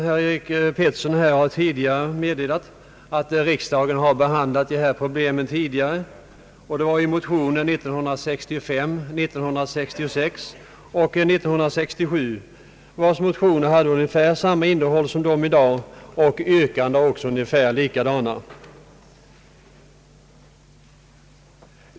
Såsom herr Eric Gustaf Peterson nyss sagt har riksdagen behand lat dessa problem tidigare, med anledning av motioner åren 1965, 1966 och 1967. Motionerna då hade ungefär samma innehåll och yrkanden som motionerna i dag.